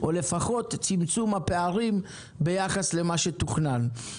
או לפחות צמצום הפערים ביחס למה שתוכנן.